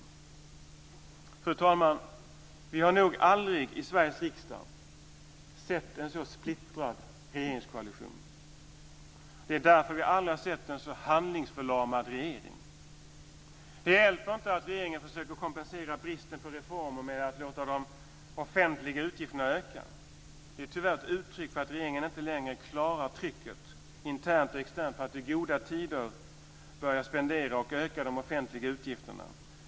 Fru talman! Vi har nog aldrig i Sveriges riksdag sett en så splittrad regeringskoalition. Det är därför vi aldrig har sett en så handlingsförlamad regering. Ryktet säger att regeringen försöker att kompensera bristen på reformer med att låta de offentliga utgifterna öka. Det är tyvärr ett uttryck för att regeringen inte längre klarar trycket internt och externt på att i goda tider börja spendera och öka de offentliga utgifterna.